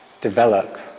develop